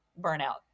burnout